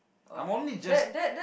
I'm only just